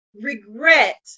regret